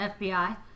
FBI